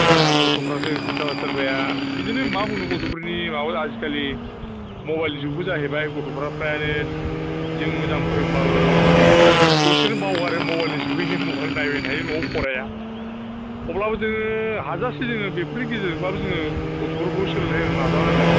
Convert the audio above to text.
दा गथ'फ्रासो सोरबा सोरबाया बिदिनो मा बुंनो गथ'फोरनि माबा आजिखालि मबाइल जुगबो जाहैबाय गथ'फ्रा फ्राइयानो जों मोजां फोरोंबाबो दसेनो बावगारो मबाइल जुगैनो मबाइल नायबाय थायो न'आव फराया अब्लाबो जोङो हाजासे जोङो बेफोरनि गेजेरजोंबाबो जोङो गथ'फोरखौ सोलोंहोनो नाजानांगोन